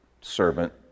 servant